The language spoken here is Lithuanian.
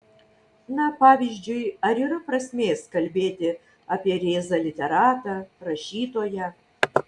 na pavyzdžiui ar yra prasmės kalbėti apie rėzą literatą rašytoją